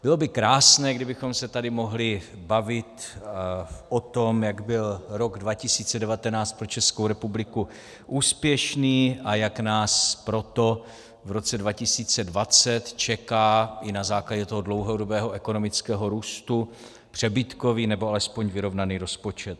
Bylo by krásné, kdybychom se tady mohli bavit o tom, jak byl rok 2019 do Českou republiku úspěšný, a jak nás proto v roce 2020 čeká i na základě dlouhodobého ekonomického růstu přebytkový, nebo alespoň vyrovnaný rozpočet.